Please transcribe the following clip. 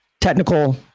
technical